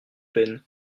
peines